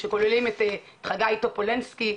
שכוללים את חגי טופולנסקי,